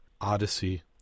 Odyssey